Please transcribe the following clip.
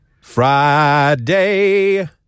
Friday